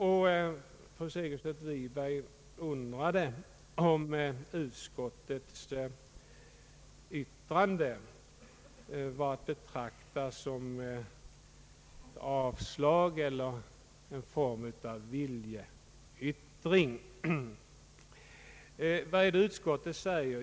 Fru Segerstedt Wiberg undrade, om utskottets yttrande var att betrakta såsom ett avstyrkande av motionen eller såsom en form av viljeyttring. Vad är det utskottet säger?